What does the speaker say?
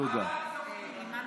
בעד 17, נגד, אפס, אין נמנעים,